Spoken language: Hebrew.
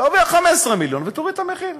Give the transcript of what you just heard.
תרוויח 15 מיליון ותוריד את המחיר.